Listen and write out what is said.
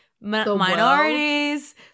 minorities